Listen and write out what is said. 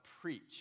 preach